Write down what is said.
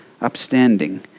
upstanding